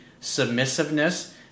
submissiveness